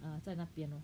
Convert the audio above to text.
err 在那边 lor